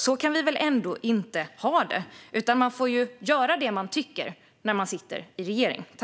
Så kan vi väl ändå inte ha det, utan man får göra det man tycker när man sitter i regeringen.